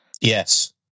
Yes